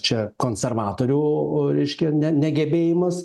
čia konservatorių reiškia ne negebėjimas